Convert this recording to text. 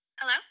Hello